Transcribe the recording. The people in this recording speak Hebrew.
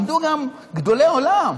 עמדו גם גדולי עולם